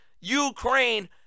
Ukraine